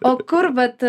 o kur vat